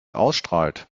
ausstrahlt